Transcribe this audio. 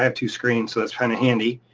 ah two screens, so that's kind of handy,